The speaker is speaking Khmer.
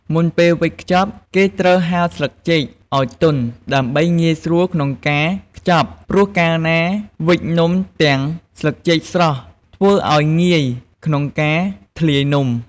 មុនពេលវេចខ្ចប់ គេត្រូវហាលស្លឹកចេកឱ្យទន់ដើម្បីងាយស្រួលក្នុងការខ្ចប់ព្រោះកាលណាវេចនំទាំងស្លឹកចេកស្រស់ធ្វើឱ្យងាយក្នុងការធ្លាយនំ។